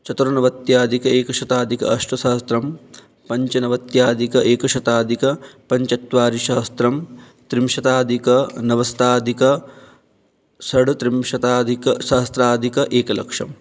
चतुर्नवत्यधिक एकशताधिक अष्टसहस्रं पञ्चनवत्याधिक एक शताधिक पञ्चचत्वारि सहस्रं त्रिंशतधिक नवस्ताधिक षड्त्रिंशताधिक सहस्राधिक एकलक्षं